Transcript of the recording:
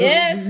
Yes